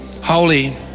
Holy